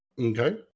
Okay